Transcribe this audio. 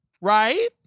right